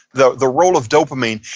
the the role of dopamine,